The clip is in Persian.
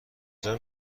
کجا